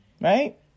Right